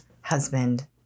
husband